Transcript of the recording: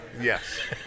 Yes